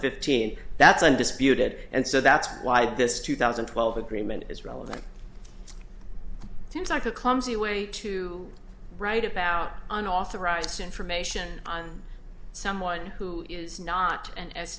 fifteen that's undisputed and so that's why this two thousand and twelve agreement is relevant to me like a clumsy way to write about an authorized information on someone who is not